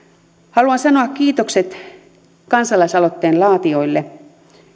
haluan sanoa kiitokset kansalaisaloitteen laatijoille